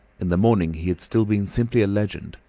in the morning he had still been simply a legend,